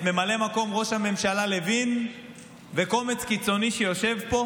את ממלא מקום ראש הממשלה לוין וקומץ קיצוני שיושב פה.